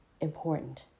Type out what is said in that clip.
important